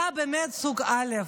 אתה באמת סוג א',